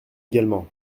également